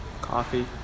Coffee